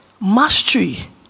Mastery